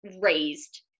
raised